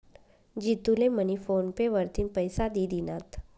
जितू ले money PhonePe वरतीन पैसा दि दिनात